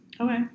Okay